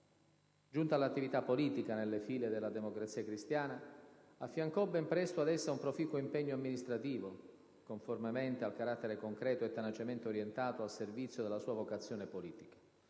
Giunta all'attività politica nelle file della Democrazia cristiana, affiancò ben presto ad essa un proficuo impegno amministrativo, conformemente al carattere concreto e tenacemente orientato al servizio della sua vocazione politica: